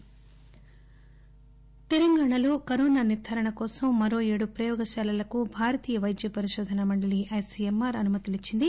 ICMR తెలంగాణాలో corona నిర్దారణ కోసం మరో ఏడు ప్రయోగశాలలకు భారతీయ పైద్య పరిశోదన మండలి ఐసీఎంఆర్ అనుమతులిచ్చింది